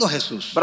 Jesus